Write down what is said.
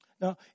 Now